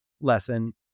lesson